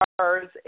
cars